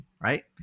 right